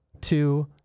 two